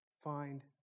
find